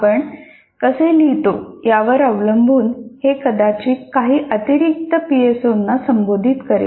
आपण कसे लिहितो यावर अवलंबून हे कदाचित काही अतिरिक्त पीएसओना संबोधित करेल